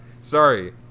sorry